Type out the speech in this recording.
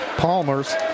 Palmers